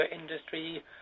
industry